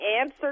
answer